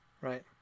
right